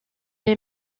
est